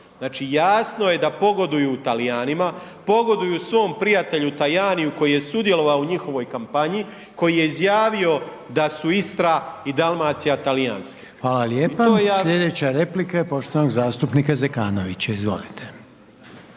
jasno je da pogoduju Talijanima. Pogoduju svom prijatelju Tajaniju koji je sudjelovao u njihovoj kampanji, koji je izjavio da su Istra i Dalmacija talijanske. I to je jasno. **Reiner, Željko (HDZ)** Hvala. Sljedeća replika je poštovanog zastupnika Zekanovića. Izvolite.